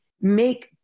make